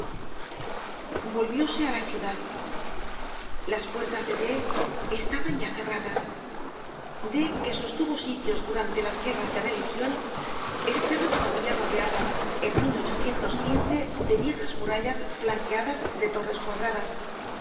hostil volvióse á la ciudad las puertas de d estaban ya cerradas d que sostuvo sitios durante las guerras de religion estaba todavía rodeada en de viejas murallas flanqueadas de torres cuadradas